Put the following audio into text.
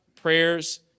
prayers